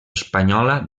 espanyola